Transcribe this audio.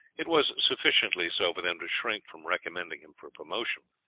it was sufficiently so for them to shrink from recommending him for promotion,